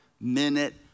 minute